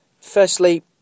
Firstly